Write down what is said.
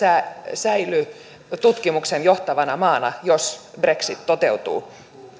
säily tutkimuksen johtavana maana jos brexit toteutuu